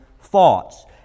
thoughts